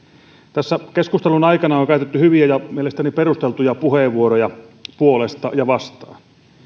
tässä keskustelun aikana on käytetty hyviä ja mielestäni perusteltuja puheenvuoroja puolesta ja vastaan